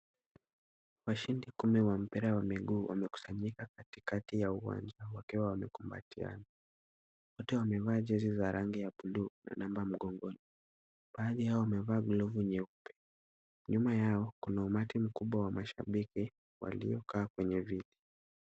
Washindi kumi wa mpira wa miguu wamekusanyika katikati ya uwanja wakiwa wamekumbatiana. Wote wamevaa jezi za rangi ya bluu na numbercs] mgongoni. Baadhi yao wamevaa glovu nyeupe. Nyuma yao, kuna umati mkubwa wa mashabiki, waliokaa kwenye viti.